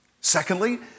Secondly